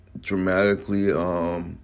dramatically